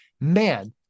man